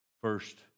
First